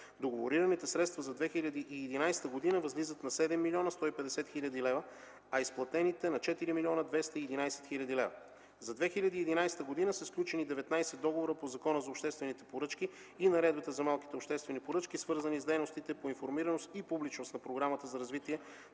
Договорираните средства за 2011 г. възлизат на 7 млн. 150 хил. лв., а изплатените – на 4 млн. 211 хил. лв. За 2011 г. са сключени 19 договора по Закона за обществените поръчки и Наредбата за малките обществени поръчки, свързани с дейностите по информираност и публичност на Програмата за развитие